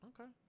okay